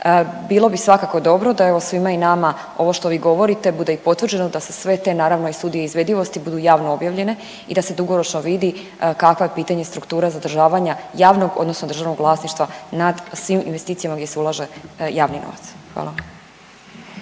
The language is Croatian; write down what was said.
Bilo bi svakako dobro da evo i svima i nama ovo što vi govorite, bude i potvrđeno, da se sve te naravno, i studije izvedivosti budu javno objavljene i da se dugoročno vidi kakva je pitanje struktura zadržavanja javnog odnosno državnog vlasništva nad svim investicijama di se ulaže javni novac. Hvala.